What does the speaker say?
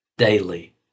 daily